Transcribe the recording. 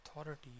authority